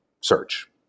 search